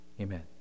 Amen